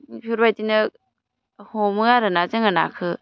बेफोरबादिनो हमो आरोना जोङो नाखौ